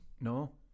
No